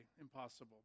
impossible